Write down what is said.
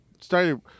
started